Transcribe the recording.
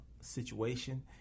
Situation